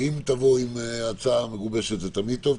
אם תבואו עם הצעה מגובשת זה תמיד טוב.